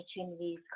opportunities